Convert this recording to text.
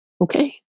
okay